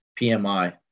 PMI